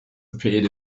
appeared